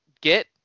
get